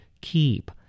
keep